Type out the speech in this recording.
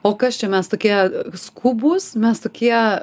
o kas čia mes tokie skubūs mes tokie